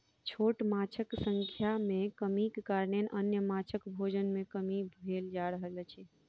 छोट माँछक संख्या मे कमीक कारणेँ अन्य माँछक भोजन मे कमी भेल जा रहल अछि